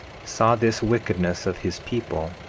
saw this wickedness of his people,